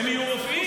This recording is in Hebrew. הם יהיו רופאים?